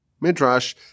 Midrash